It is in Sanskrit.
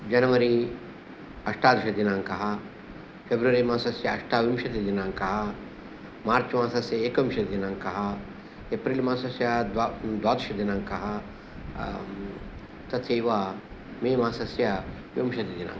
जनवरी अष्टादशदिनाङ्कः फेब्रवरी मासस्य आष्टाविंशतिदिनाङ्कः मार्च् मासस्य एकविंशतिदिनाङ्कः एप्रिल् मासस्य द्वा द्वादशदिनाङ्कः तथैव मे मास्सय विंशतिदिनाङ्कः